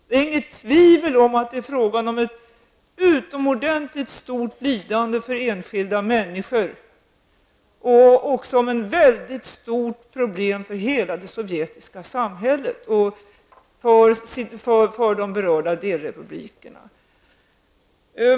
Det är inget tvivel om att det är fråga om ett utomordentligt stort lidande för enskilda människor och om ett väldigt stort problem för hela det sovjetiska samhället, inte minst för de berörda delrepublikerna.